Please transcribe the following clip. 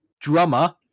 drummer